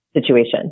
situation